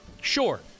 Sure